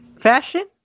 fashion